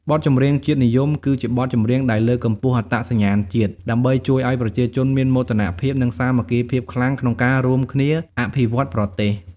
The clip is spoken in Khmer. បទចម្រៀងជាតិនិយម គឺជាបទចម្រៀងដែលលើកកម្ពស់អត្តសញ្ញាណជាតិ ដើម្បីជួយឱ្យប្រជាជនមានមោទនភាព និងសាមគ្គីភាពខ្លាំងក្នុងការរួមគ្នាអភិវឌ្ឍប្រទេស។